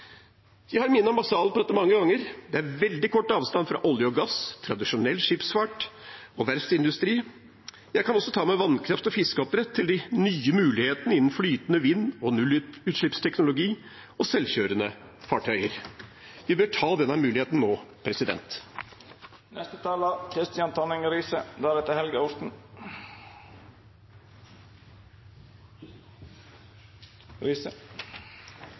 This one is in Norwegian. Jeg har minnet denne salen om dette mange ganger: Det er veldig kort avstand fra olje og gass, tradisjonell skipsfart og verftsindustri – jeg kan også ta med vannkraft og fiskeoppdrett – til de nye mulighetene innen flytende vind, nullutslippsteknologi og selvkjørende fartøyer. Vi bør ta denne muligheten nå.